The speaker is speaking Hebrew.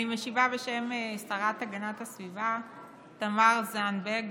אני משיבה בשם השרה להגנת הסביבה תמר זנדברג,